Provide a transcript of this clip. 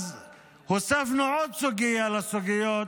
אז הוספנו עוד סוגיה לסוגיות